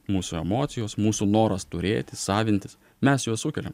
mūsų emocijos mūsų noras turėti savintis mes juos sukeliam